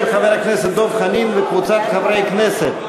של חבר הכנסת דב חנין וקבוצת חברי כנסת.